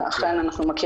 אנחנו כל הזמן חיים